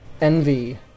Envy